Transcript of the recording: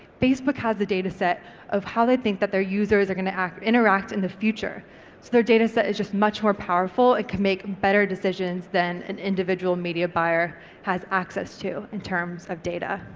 facebook has a data set of how they think that their users are going to interact in the future, so their data set is just much more powerful, it could make better decisions than an individual media buyer has access to in terms of data.